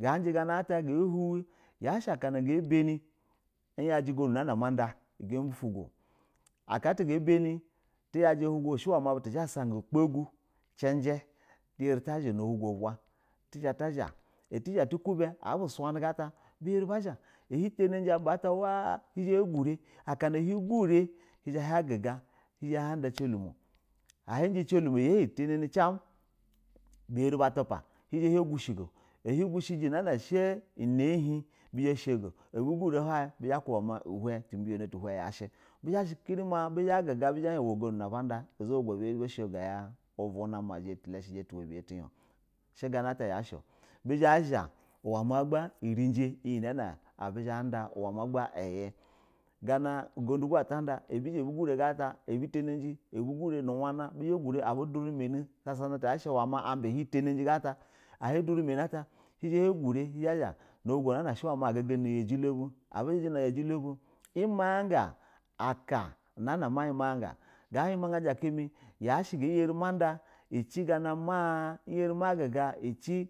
Ganji ana ata ga hwa, yashɛ akana ga banɛ iyajɛ ugudu nɛ na ama da ugambɛ ofugo okata gabani tayo jɛ butu na shɛ ma butu zha ba saga ukpogu cinji tizha, tazha atu kuba atu suya imɛ a hum tanana jin abubi ta wa hin zha han gurɛ aka na a hin gurɛ hin zha haguga handa cinlwa a hin, jin cinlumo ya hin tana ni cɛn biyarɛ ba pua hin ya arɛ ka gushɛ go a hin gushɛ jɛ unana shɛ una hin hizha hin shego ihim zha ha kuba ma tu binyano tu hin yashɛ bizhɛ shɛ kɛrɛ bagugo ya buzha shɛ bu shaga ya ɛlɛlɛ uvwnwna ilɛla shɛ jɛ tuwa biyɛ tiya a bizha zha uwa ma gba urinji abu zha banda ma gba uyz gana, uguda go ata da abutana jin ganata ahin duru manɛ taya shɛ ma abi a hin tanaji gata hin zha hagura na ulugona shɛ ma guga na ayajilo bu, abu jiji na yajilo bu yima gaga aka gana amo yima gaga yashɛ ga gayima gaji aka mɛ ana na ga erɛ ma da ga yarɛ